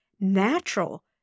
natural